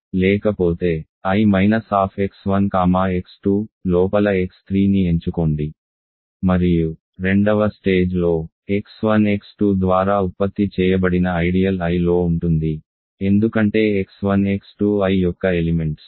లేకపోతే I minus x1 x2 లోపల x3ని ఎంచుకోండి మరియు రెండవ స్టేజ్ లో x1 x2 ద్వారా ఉత్పత్తి చేయబడిన ఐడియల్ Iలో ఉంటుంది ఎందుకంటే x1 x2 I యొక్క ఎలిమెంట్స్